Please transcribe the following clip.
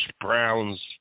Browns